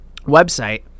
website